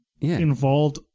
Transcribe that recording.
involved